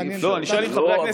חבר הכנסת